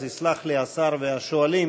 אז יסלחו לי השר והשואלים,